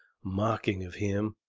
mocking of him